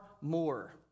more